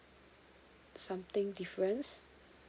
something difference